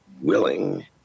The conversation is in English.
willing